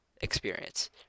experience